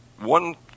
One